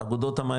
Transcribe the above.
אגודות המים,